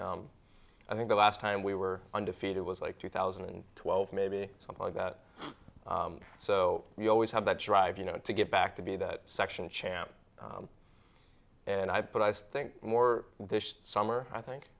years i think the last time we were undefeated was like two thousand and twelve maybe something like that so you always have that drive you know to get back to be that section champ and i but i was thinking more this summer i think